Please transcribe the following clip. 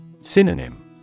Synonym